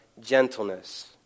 gentleness